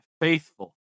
faithful